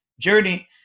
Journey